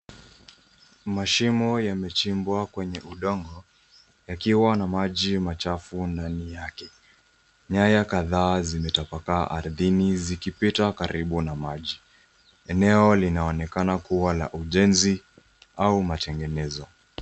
Mashimo yamechimbwa kwenye udongo yakiwa na maji machafu ndani yake. Nyaya kadhaa zimetapakaa ardhini zikipita karibu na maji. Eneo linaonekana kuwa la ujenzi au matengenezo.